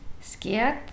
scared